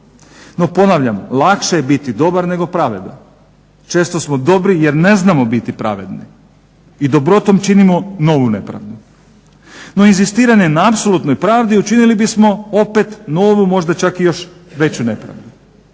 No ponavljam, lakše je biti dobar nego pravedan. Često smo dobri jer ne znamo biti pravedni i dobrotom činimo novu nepravdu. No inzistiranje na apsolutnoj pravdi učinili bismo opet novu možda čak i još veću nepravdu.